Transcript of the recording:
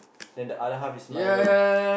then the other half is Milo